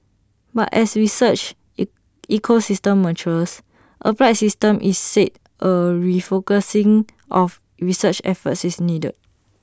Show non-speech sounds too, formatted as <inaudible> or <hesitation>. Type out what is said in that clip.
but as research <hesitation> ecosystem matures applied system is said A refocusing of research efforts is needed